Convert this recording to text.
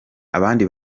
abandi